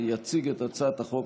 יציג את הצעת החוק,